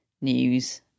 news